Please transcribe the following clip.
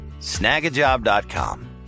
snagajob.com